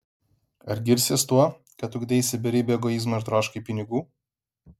ar girsies tuo kad ugdeisi beribį egoizmą ir troškai pinigų